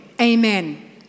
Amen